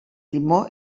timó